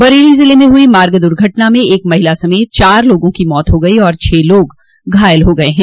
बरेली ज़िले में हुई मार्ग दुर्घटना में एक महिला समेत चार लोगों की मौत हो गयी और छह लोग घायल हो गये हैं